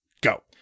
go